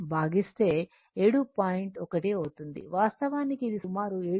1 అవుతుంది వాస్తవానికి ఇది సుమారు 7